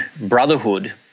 Brotherhood